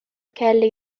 کله